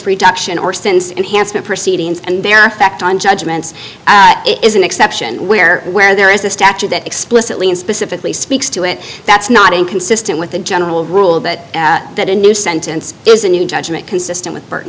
reduction or since enhancement proceedings and their effect on judgments is an exception where where there is a statute that explicitly and specifically speaks to it that's not inconsistent with the general rule but that a new sentence is a new judgment consistent with burton